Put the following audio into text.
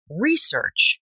research